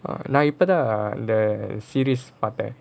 நான் இப்போ தான் இந்த:naan ippo thaan intha series பாத்தேன்:paathaen